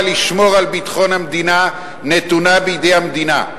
לשמור על ביטחון המדינה נתונות בידי המדינה.